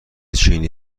چینی